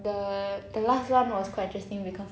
the the last one was quite interesting because